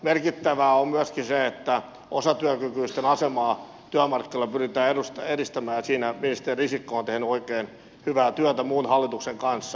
merkittävää on myöskin se että osatyökykyisten asemaa työmarkkinoilla pyritään edistämään ja siinä ministeri risikko on tehnyt oikein hyvää työtä muun hallituksen kanssa